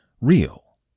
real